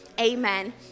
amen